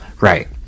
right